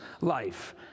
life